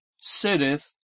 sitteth